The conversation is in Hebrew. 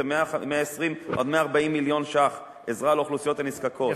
זה 120 140 מיליון שקלים עזרה לאוכלוסיות הנזקקות.